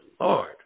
Lord